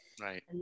right